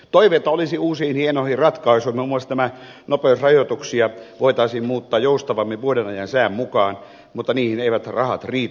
toiveita olisi uusista hienoista ratkaisuista muun muassa se että nopeusrajoituksia voitaisiin muuttaa joustavammin vuodenajan sään mukaan mutta niihin eivät rahat riitä